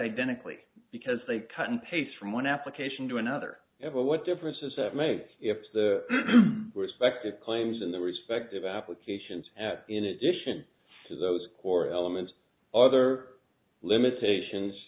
identically because they cut and paste from one application to another what difference does it make if the respective claims in their respective applications in addition to those core elements or other limitations